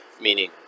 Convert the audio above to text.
Meaning